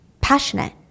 passionate